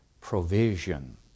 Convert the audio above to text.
provision